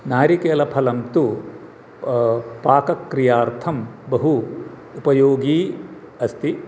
नारिकेलफलं तु पाकक्रियार्थं बहु उपयोगी अस्ति